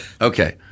Okay